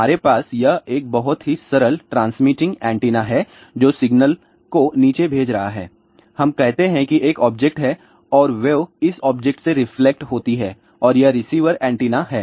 हमारे पास यह एक बहुत ही सरल ट्रांसमिटिंग एंटीना है जो सिग्नल को नीचे भेज रहा है और हम कहते हैं कि एक ऑब्जेक्ट है और वेव इस ऑब्जेक्ट से रिफ्लेक्ट होती है और यह रिसीवर एंटीना है